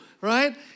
right